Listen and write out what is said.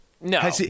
No